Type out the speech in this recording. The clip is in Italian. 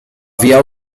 via